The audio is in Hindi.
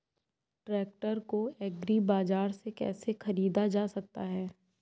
ट्रैक्टर को एग्री बाजार से कैसे ख़रीदा जा सकता हैं?